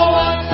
one